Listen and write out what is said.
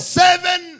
seven